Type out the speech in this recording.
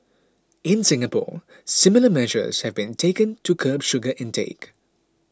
in Singapore similar measures have been taken to curb sugar intake